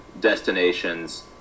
destinations